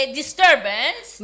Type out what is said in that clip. disturbance